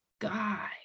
guy